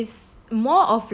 more of like a